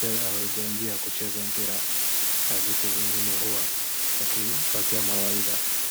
hawajaingia kucheza mpira na vitu vingine huwa wakipatia mawaidha.